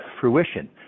fruition